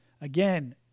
Again